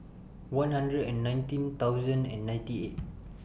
one hundred and nineteen thousand and ninety eight